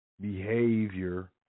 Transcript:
behavior